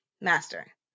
Master